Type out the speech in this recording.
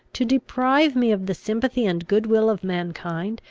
to deprive me of the sympathy and good-will of mankind,